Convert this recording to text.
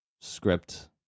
script